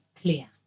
Clear